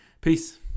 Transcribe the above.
Peace